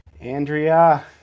Andrea